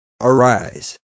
Arise